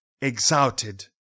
exalted